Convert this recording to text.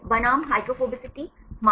बनाम हाइड्रोफोबिसिटी मान